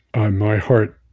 ah my heart